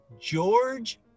George